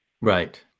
Right